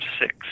six